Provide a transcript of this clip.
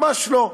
ממש לא,